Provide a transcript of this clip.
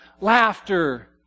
laughter